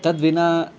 तद् विना